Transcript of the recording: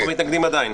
אנחנו מתנגדים עדיין.